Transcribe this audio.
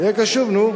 תהיה קשוב, נו.